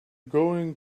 going